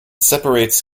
separates